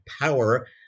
power